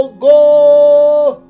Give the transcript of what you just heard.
go